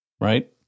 right